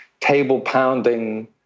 table-pounding